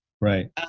Right